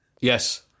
Yes